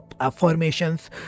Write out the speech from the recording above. affirmations